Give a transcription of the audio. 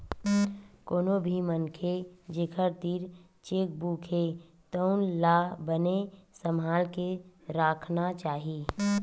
कोनो भी मनखे जेखर तीर चेकबूक हे तउन ला बने सम्हाल के राखना चाही